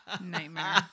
Nightmare